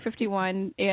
51